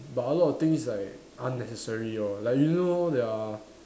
but a lot of things like unnecessary lor like you know their